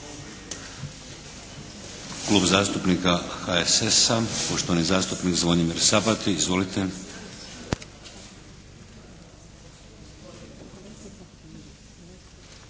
Klub zastupnika HSS-a, poštovani zastupnik Zvonimir Sabati. Izvolite.